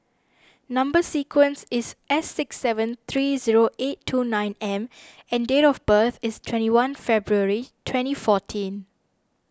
Number Sequence is S six seven three zero eight two nine M and date of birth is twenty one February twenty fourteen